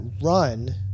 run